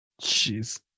Jeez